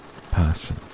person